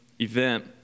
event